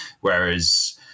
whereas